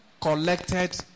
collected